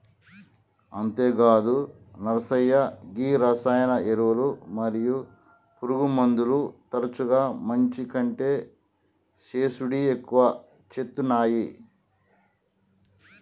అంతేగాదు నర్సయ్య గీ రసాయన ఎరువులు మరియు పురుగుమందులు తరచుగా మంచి కంటే సేసుడి ఎక్కువ సేత్తునాయి